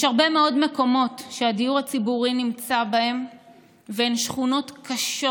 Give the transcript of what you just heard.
יש הרבה מאוד מקומות שהדיור הציבורי נמצא בהם והם שכונות קשות,